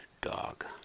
dog